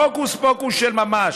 הוקוס פוקוס של ממש,